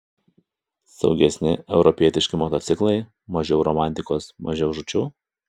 saugesni europietiški motociklai mažiau romantikos mažiau žūčių